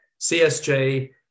CSJ